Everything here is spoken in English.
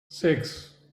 six